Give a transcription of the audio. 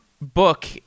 book